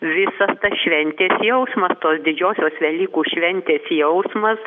visas tas šventės jausmas tos didžiosios velykų šventės jausmas